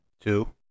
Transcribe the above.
Two